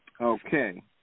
Okay